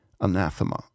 anathema